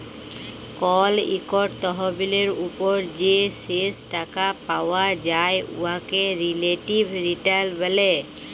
call ইকট তহবিলের উপর যে শেষ টাকা পাউয়া যায় উয়াকে রিলেটিভ রিটার্ল ব্যলে